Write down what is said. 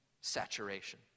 saturation